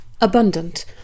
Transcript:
Abundant